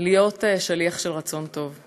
להיות שליח של רצון טוב.